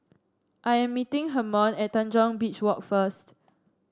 I am meeting Hermon at Tanjong Beach Walk first